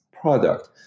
product